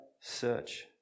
search